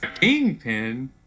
kingpin